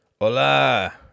Hola